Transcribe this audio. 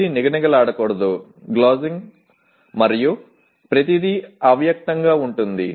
ఇది నిగనిగలాడకూడదుగ్లాస్సింగ్ మరియు ప్రతిదీ అవ్యక్తంగా ఉంటుంది